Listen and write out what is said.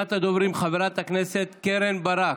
ראשונת הדוברים, חברת הכנסת קרן ברק.